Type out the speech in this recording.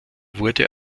wurde